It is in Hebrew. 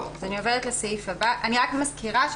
עוברת לסעיף הבא אני מזכירה,